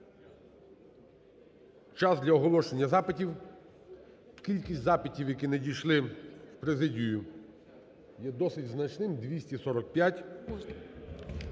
час для оголошення запитів. Кількість запитів, які надійшли в президію, є досить значною – 245.